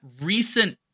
recent